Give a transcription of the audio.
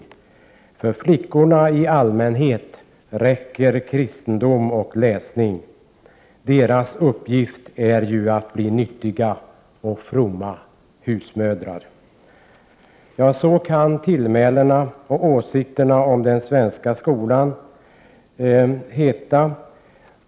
För flickorna i allmänhet räcker kristendom och läsning. Deras uppgift är ju att bli nyttiga och fromma husmödrar.” Ja, så kunde tillmälena och åsikterna om den svenska skolan se ut.